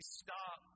stop